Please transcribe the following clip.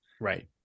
Right